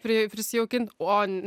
pri prisijaukint o